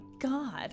god